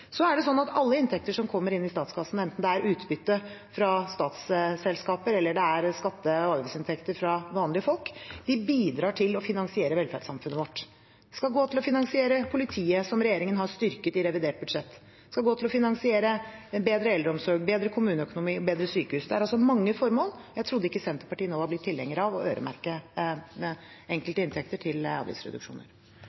Alle inntekter som kommer inn i statskassen, enten det er utbytte fra statsselskaper eller det er skatte- og avgiftsinntekter fra vanlige folk, bidrar til å finansiere velferdssamfunnet vårt. De skal gå til å finansiere politiet, som regjeringen har styrket i revidert budsjett, de skal gå til å finansiere en bedre eldreomsorg, bedre kommuneøkonomi og bedre sykehus. Det er altså mange formål. Jeg trodde ikke Senterpartiet nå var blitt tilhenger av å øremerke